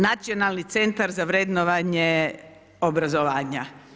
Nacionalni centar za vrednovanje obrazovanja.